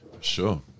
Sure